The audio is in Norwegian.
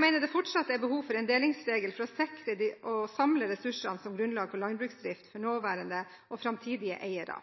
mener det fortsatt er behov for en delingsregel for å sikre og samle ressursene som grunnlag for landbruksdrift for nåværende og framtidige eiere.